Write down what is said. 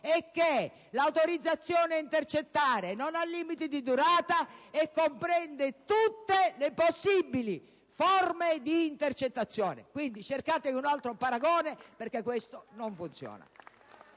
e che l'autorizzazione a intercettare non ha limiti di durata e comprende tutte le possibili forme di intercettazione. Quindi cercatevi un altro paragone, perché questo non funziona.